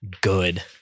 good